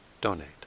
donate